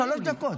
שלוש דקות.